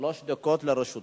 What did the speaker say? שלוש דקות לרשותך.